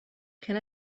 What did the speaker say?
can